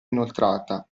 inoltrata